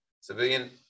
civilian